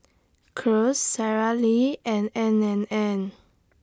Kose Sara Lee and N and N